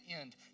end